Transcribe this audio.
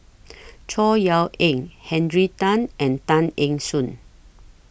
Chor Yeok Eng Henry Tan and Tay Eng Soon